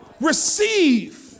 receive